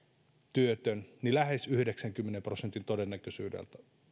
työtön lähes yhdeksänkymmenen prosentin todennäköisyydellä